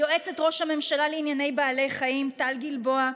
ליועצת ראש הממשלה לענייני בעלי חיים טל גלבוע,